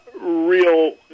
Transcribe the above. real